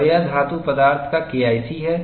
और यह धातु पदार्थ का KIC है